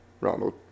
Ronald